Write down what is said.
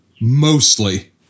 mostly